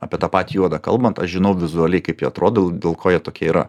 apie tą patį juodą kalbant aš žinau vizualiai kaip jie atrodo dėl ko jie tokie yra